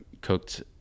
cooked